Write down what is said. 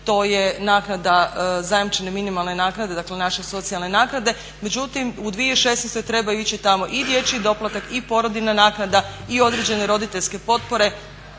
to je naknada zajamčene minimalne naknade dakle naše socijalne naknade, međutim u 2016. trebaju ići tamo i dječji doplatak i porodiljna naknada i određene roditeljske potpore.